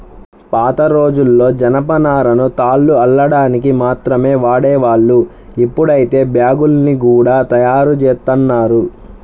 పాతరోజుల్లో జనపనారను తాళ్లు అల్లడానికి మాత్రమే వాడేవాళ్ళు, ఇప్పుడైతే బ్యాగ్గుల్ని గూడా తయ్యారుజేత్తన్నారు